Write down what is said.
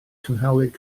cynhaliwyd